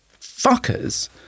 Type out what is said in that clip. fuckers